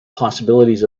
possibilities